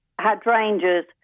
hydrangeas